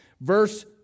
verse